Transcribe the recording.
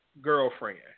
girlfriend